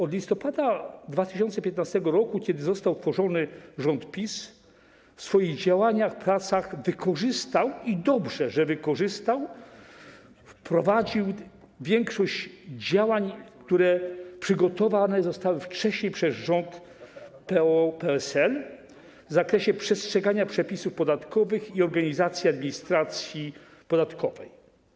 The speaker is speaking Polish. Od listopada 2015 r., kiedy został utworzony rząd PiS, w swoich działaniach, pracach wykorzystał - i dobrze, że wykorzystał - i wprowadził większość działań, które wcześniej zostały przygotowane przez rząd PO-PSL w zakresie przestrzegania przepisów podatkowych i organizacji administracji podatkowej.